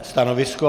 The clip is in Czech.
Stanovisko?